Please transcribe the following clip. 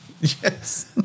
Yes